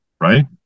right